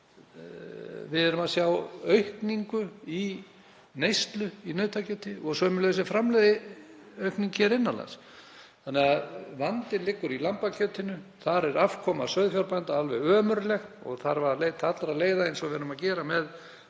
einna hæst. Við sjáum aukningu í neyslu á nautakjöti og sömuleiðis er framleiðiaukning hér innan lands. Þannig að vandinn liggur í lambakjötinu. Þar er afkoma sauðfjárbænda alveg ömurleg og þarf að leita allra leiða, eins og við erum að gera með